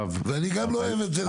ואני גם לא אוהב את זה לגמרי.